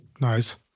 Nice